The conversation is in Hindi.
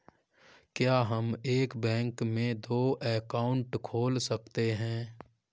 क्या हम एक बैंक में दो अकाउंट खोल सकते हैं?